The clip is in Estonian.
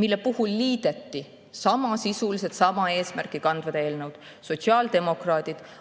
mille puhul liideti samasisulised, sama eesmärki kandvad eelnõud. Sotsiaaldemokraadid